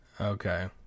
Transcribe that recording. Okay